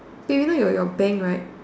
eh you know your your bank right